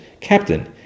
Captain